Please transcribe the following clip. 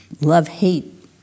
love-hate